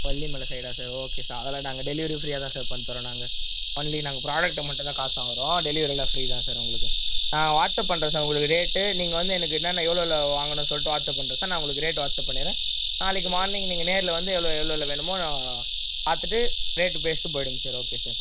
கொல்லிமலை சைடா sir okay sir அதெல்லாம் நாங்கள் டெலிவரி ஃப்ரீயாக தான் சார் பண்ணி தரோம் நாங்கள் ஒன்லி நாங்கள் ப்ராடக்டை மட்டும் தான் காசு வாங்குவோம் டெலிவெரியெலாம் ஃப்ரீ தான் சார் உங்களுக்கு நான் வாட்ஸ்அப் பண்ணுறேன் சார் உங்களுக்கு ரேட்டு நீங்கள் வந்து எனக்கு என்ன எவ்வளோ வாங்குணன்ன சொல்லிட்டு வாட்ஸ்அப் பண்ணுறன் சார் நான் உங்களுக்கு ரேட்டு வாட்ஸ்அப் பண்ணுறேன் நாளைக்கு மார்னிங் நீங்கள் நேரில் வந்து எவ்வளோவ்ளோ வேணுமோ நான் பார்த்துட்டு ரேட்டு பேசிட்டு போயிடுங்க சார் ஓகே சார்